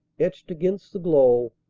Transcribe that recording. etched against the glow,